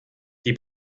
die